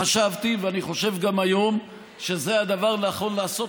חשבתי ואני חושב גם היום שזה הדבר הנכון לעשות,